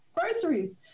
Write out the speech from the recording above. groceries